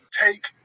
take